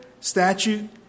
statute